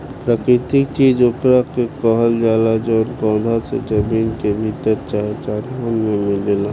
प्राकृतिक चीज ओकरा के कहल जाला जवन पौधा से, जमीन के भीतर चाहे जानवर मे मिलेला